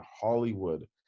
Hollywood